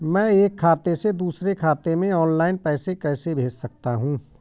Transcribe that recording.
मैं एक खाते से दूसरे खाते में ऑनलाइन पैसे कैसे भेज सकता हूँ?